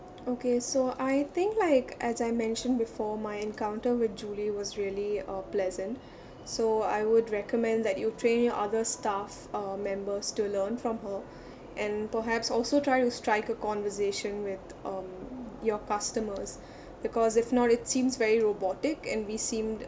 okay so I think like as I mentioned before my encounter with julie was really uh pleasant so I would recommend that you train your other staff uh members to learn from her and perhaps also try to strike a conversation with um your customers because if not it seems very robotic and we seemed